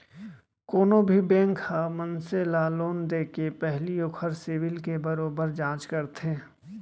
कोनो भी बेंक ह मनसे ल लोन देके पहिली ओखर सिविल के बरोबर जांच करथे